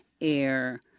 air